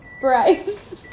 Bryce